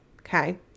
okay